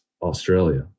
Australia